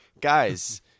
guys